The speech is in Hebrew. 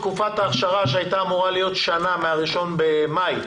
תקופת האכשרה שהייתה אמורה להיות שנה מה-1 במאי,